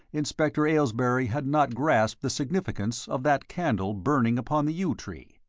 inspector aylesbury had not grasped the significance of that candle burning upon the yew tree.